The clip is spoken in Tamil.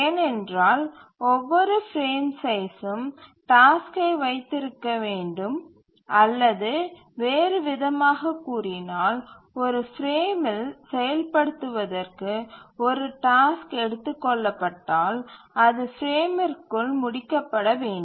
ஏனென்றால் ஒவ்வொரு பிரேம் சைஸ்சும் டாஸ்க்கை வைத்திருக்க வேண்டும் அல்லது வேறுவிதமாகக் கூறினால் ஒரு பிரேமில் செயல்படுத்துவதற்கு ஒரு டாஸ்க்கு எடுத்துக் கொள்ளப்பட்டால் அது பிரேமிற்குள் முடிக்கப்பட வேண்டும்